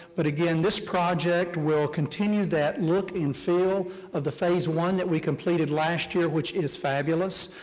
but again, this project will continue that look and feel of the phase one that we completed last year, which is fabulous.